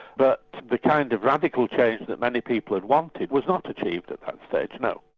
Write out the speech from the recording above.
but the kind of radical change that many people had wanted, was not achieved at that stage, no.